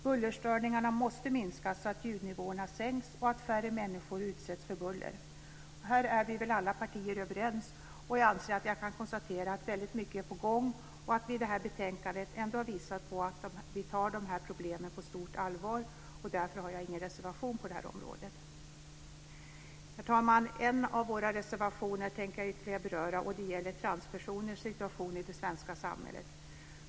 Bullerstörningarna måste minskas så att ljudnivåerna sänks och färre människor utsätts för buller. Här är väl alla partier överens. Jag anser att jag kan konstatera att väldigt mycket är på gång och att vi i detta betänkande ändå har visat på att vi tar dessa problem på stort allvar. Därför har jag ingen reservation på det här området. Herr talman! En av våra reservationer tänker jag beröra, och det gäller transpersoners situation i det svenska samhället.